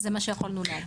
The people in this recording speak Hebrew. זה מה שיכולנו להביא.